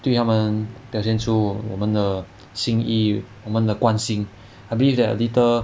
对他们表现出我们的心意我们的关心 I believe that a little